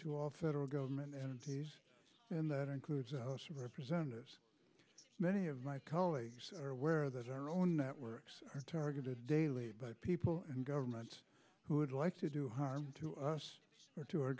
to all federal government entities and that includes representatives many of my colleagues are aware that our own networks are targeted daily by people in government who would like to do harm to us or to our